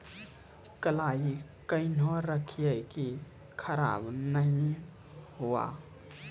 कलाई केहनो रखिए की खराब नहीं हुआ?